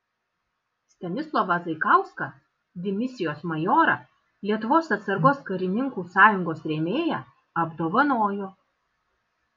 stanislovą zaikauską dimisijos majorą lietuvos atsargos karininkų sąjungos rėmėją apdovanojo